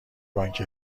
بانک